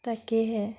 তাকেহে